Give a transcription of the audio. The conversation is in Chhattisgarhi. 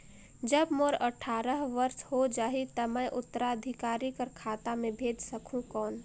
जब मोर अट्ठारह वर्ष हो जाहि ता मैं उत्तराधिकारी कर खाता मे भेज सकहुं कौन?